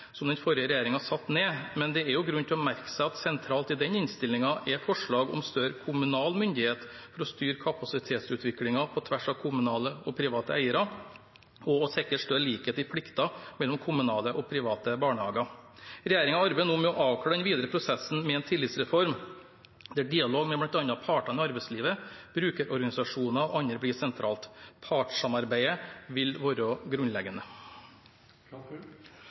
som den forrige regjeringen satte ned, men det er grunn til å merke seg at sentralt i den innstillingen er forslag om større kommunal myndighet til å styre kapasitetsutviklingen på tvers av kommunale og private eiere og å sikre større likhet i plikter mellom kommunale og private barnehager. Regjeringen arbeider nå med å avklare den videre prosessen med en tillitsreform, der dialog med bl.a. partene i arbeidslivet, brukerorganisasjoner og andre blir sentralt. Partssamarbeidet vil være grunnleggende.